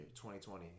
2020